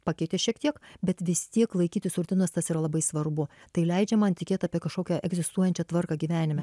pakeitė šiek tiek bet vis tiek laikytis rutinos tas yra labai svarbu tai leidžia man tikėt apie kažkokią egzistuojančią tvarką gyvenime